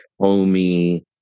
homey